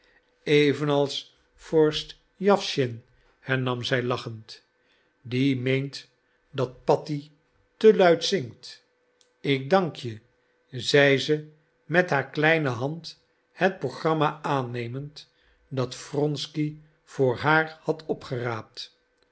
evenals vorst jawschin hernam zij lachend die meent dat patti te luid zingt ik dank je zei ze met haar kleine hand het programma aannemend dat wronsky voor haar had opgeraapt